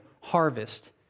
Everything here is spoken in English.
harvest